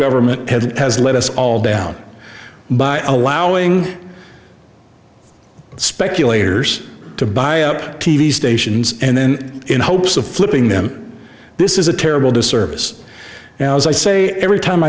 government has let us all down by allowing speculators to buy up t v stations and then in hopes of flipping them this is a terrible disservice as i say every time